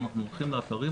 אנחנו הולכים לאתרים,